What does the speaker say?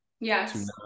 yes